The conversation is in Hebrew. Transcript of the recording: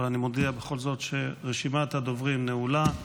אבל אני מודיע בכל זאת שרשימת הדוברים נעולה.